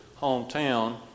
hometown